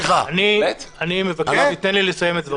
אני מבקש, תן לי לסיים את דבריי.